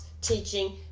teaching